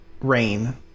rain